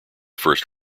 first